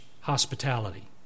hospitality